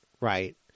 Right